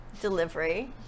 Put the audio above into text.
delivery